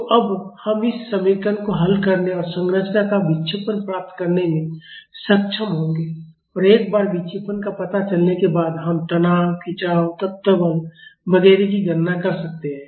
तो अब हम इस समीकरण को हल करने और संरचना का विक्षेपण प्राप्त करने में सक्षम होंगे और एक बार विक्षेपण का पता चलने के बाद हम तनाव खिंचाव तत्व बल वगैरह की गणना कर सकते हैं